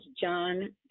John